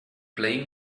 playing